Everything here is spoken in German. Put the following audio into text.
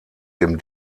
dem